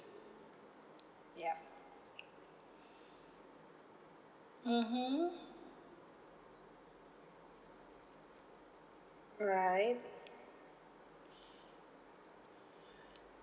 ya mmhmm alright